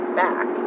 back